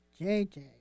JJ